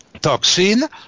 toxin